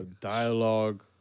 dialogue